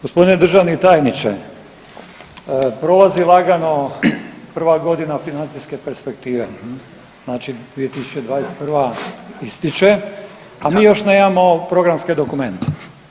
Gospodine državni tajniče, prolazi lagano prva godina financijske perspektive, znači 2021. ističe a mi još nemamo programske dokumente.